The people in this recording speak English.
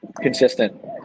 consistent